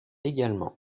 également